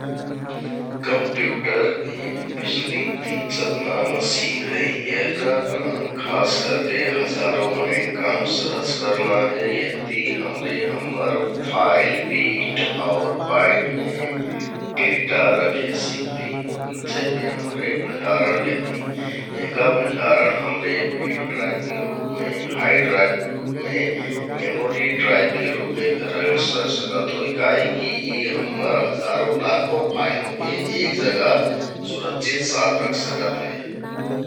कम्प्युटर एक बिजलि ति चलना एक मसिन है । यहका काम खास करके हजारों मनैंन काम सहज करना है यहति हमरे हम्मर फाइल, बिट आउर बाइटमे डेटा रखे सिकति । जेगहके हमरे भण्डारण केहति भण्डारण हमरे पेनड्राइभके रुपमे, हाइड्राइभके रुपमे, मेमोरि ड्राइभके रुपमे फेर सरसिकत होइ । काहिककि यि हम्मर हजारों, लाखों फाइल ओहके एक जगह सुरक्षित रख सकत हे ।